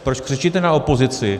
Proč křičíte na opozici?